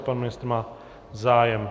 Pan ministr má zájem.